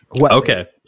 Okay